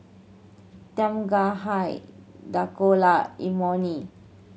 Tom Kha High Dhokla Imoni